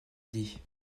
dit